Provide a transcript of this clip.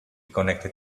connected